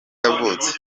yavutse